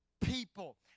people